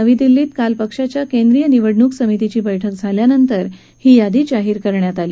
नवी दिल्लीत काल पक्षाच्या केंद्रीय निवडणूक समितीची बैठक झाल्यानंतर ही यादी जाहीर करण्यात आली